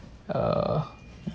uh